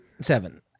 Seven